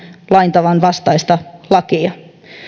tavan vastaista lakia